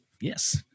Yes